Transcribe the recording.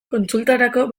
kontsultarako